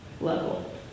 level